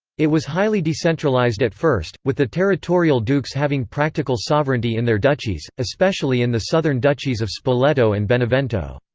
it was highly decentralized at first, with the territorial dukes having practical sovereignty in their duchies, especially in the southern duchies of spoleto and benevento.